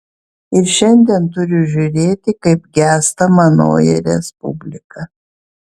ir šiandien turiu žiūrėti kaip gęsta manoji respublika